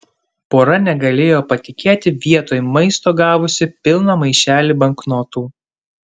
pora negalėjo patikėti vietoj maisto gavusi pilną maišelį banknotų